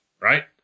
right